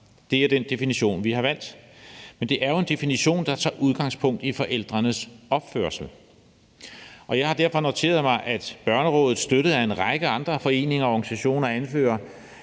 Det er den definition, vi har valgt, men det er jo en definition, der tager udgangspunkt i forældrenes opførsel, og jeg har derfor noteret mig, at Børnerådet, støttet af en række andre foreninger og organisationer, anfører,